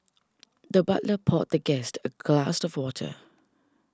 the butler poured the guest a glass of water